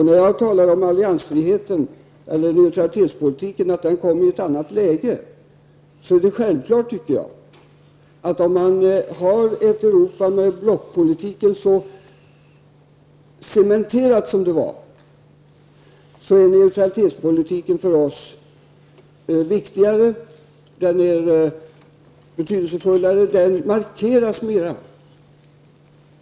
När jag talar om att neutralitetspolitiken kommer i ett annat läge, är det självklart, tycker jag, att om man har ett Europa med blockpolitiken så cementerad som den var, då är neutralitetspolitiken för oss viktigare -- den är betydelsefullare, den markeras mera.